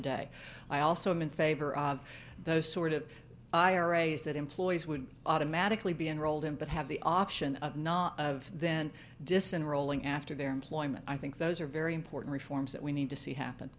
today i also am in favor of those sort of iras that employees would automatically be enrolled in but have the option of not of then dissin rolling after their employment i think those are very important reforms that we need to see happen